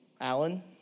Alan